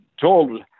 told